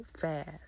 fast